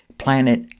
planet